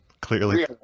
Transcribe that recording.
Clearly